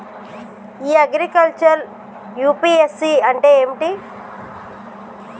ఇ agriculture UPSC అంటే ఏమిటి?